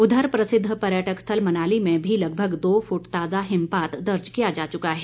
उधर प्रसिद्व पर्यटक स्थल मनाली में भी लगभग दो फुट ताजा हिमपात दर्ज किया जा चुका है